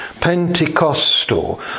Pentecostal